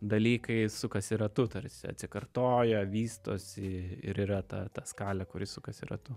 dalykai sukasi ratu tarsi atsikartoja vystosi ir yra ta ta skalė kuri sukasi ratu